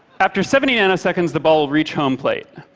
after seventy nanoseconds, the ball will reach home plate,